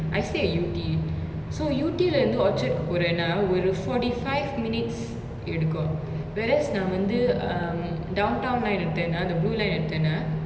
I stay at yew tee so yew tee lah இருந்து:irunthu orchard போரனா ஒரு:poranaa oru forty five minutes எடுக்கு:eduku whereas நா வந்து:na vanthu um downtown ah எடுத்தனா அந்த:eduthanaa antha blue line எடுத்தனா:eduthanaa